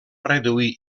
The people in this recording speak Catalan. reduir